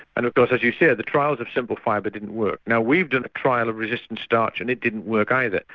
and of course as you say the trials of simple fibre didn't work. now we've done a trial of resistant starch and it didn't work either.